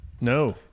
No